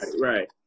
right